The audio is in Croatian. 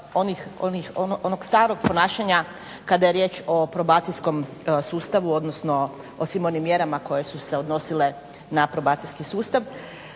onog starog ponašanja kada je riječ o probacijskom sustavu odnosno o svim onim mjerama koje su se odnosile na probacijski sustav.